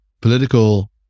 political